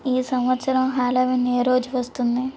ఈ సంవత్సరం హ్యాలోవీన్ ఏ రోజు వస్తుంది